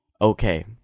okay